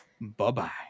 Bye-bye